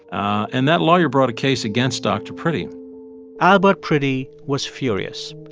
and that lawyer brought a case against dr. priddy albert priddy was furious.